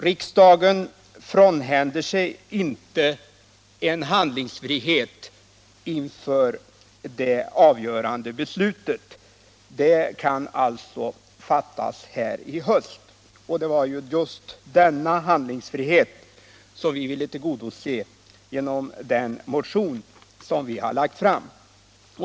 Riksdagen frånhänder sig inte sin handlingsfrihet inför det avgörande beslutet. Det kan alltså fattas här i höst. Det var önskemålet om handlingsfrihet som vi ville tillgodose genom den motion vi väckte.